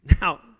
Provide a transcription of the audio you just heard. Now